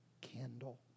candle